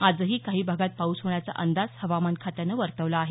आजही काही भागात पाऊस होण्याचा अंदाज हवामान खात्यानं वर्तवला आहे